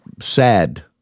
sad